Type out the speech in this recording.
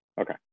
Okay